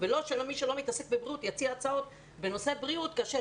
ולא מי מתעסק בבריאות יציע הצעות בנושא בריאות כאשר